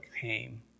came